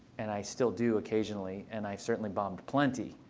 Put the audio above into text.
and i still do occasionally. and i certainly bombed plenty.